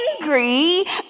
angry